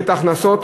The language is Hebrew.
ואת ההכנסות